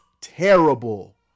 terrible